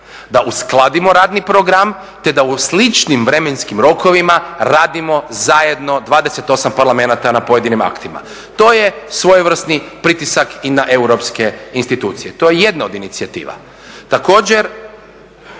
da uskladimo radni program, te da u sličnim vremenskim rokovima radimo zajedno 28 parlamenata na pojedinim aktima. To je svojevrsni pritisak i na europske institucije. To je jedno od inicijativa.